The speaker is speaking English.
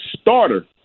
starter